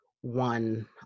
one